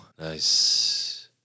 Nice